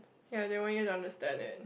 ya they want you to understand it